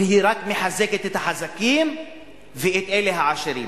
והיא רק מחזקת את החזקים ואת אלה העשירים.